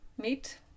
meet